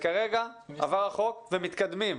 כרגע עבר החוק ומתקדמים.